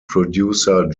producer